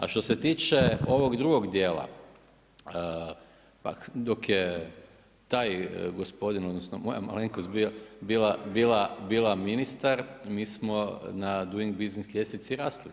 A što se tiče ovog drugo dijela, pa dok je taj gospodin odnosno moja malenkost bila ministar mi smo na doing business ljestvici rasli.